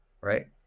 right